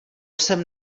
jsem